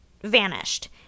vanished